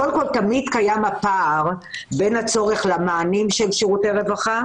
קודם כול תמיד קיים פער בין הצורך למענים של שירותי הרווחה